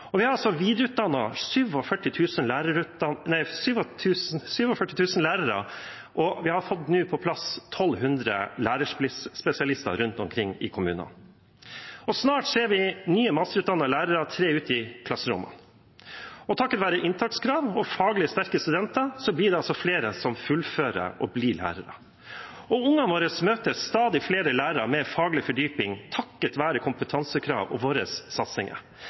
Vi har altså videreutdannet 47 000 lærere, og vi har fått på plass 1 200 lærerspesialister rundt omkring i kommunene. Snart ser vi nye masterutdannede lærere tre ut i klasserommene. Takket være inntakskrav og faglig sterke studenter blir det altså flere som fullfører og blir lærere. Ungene våre møter stadig flere lærere med faglig fordypning, takket være kompetansekrav og våre satsinger.